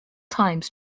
times